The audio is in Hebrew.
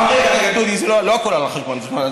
רגע, לא הכול על חשבון הזמן שלי.